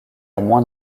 moins